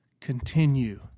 Continue